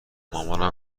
مامانم